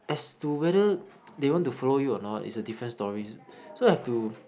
as to whether they want to follow you or not is a different story so have to